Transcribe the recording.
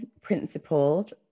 principled